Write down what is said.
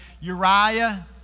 Uriah